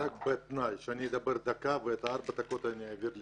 רק בתנאי שאני אדבר דקה ואת ארבע הדקות אני אעביר למשפחות,